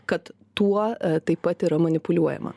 kad tuo taip pat yra manipuliuojama